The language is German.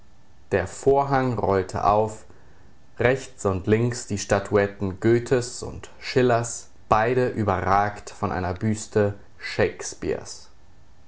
der vorhang rollte auf rechts und links die statuetten goethes und schillers beide überragt von einer büste shakespeares